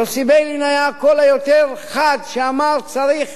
ויוסי ביילין היה הקול היותר חד שאמר שצריך